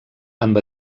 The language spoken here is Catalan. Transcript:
amb